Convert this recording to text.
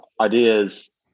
ideas